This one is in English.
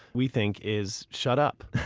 we think, is shut up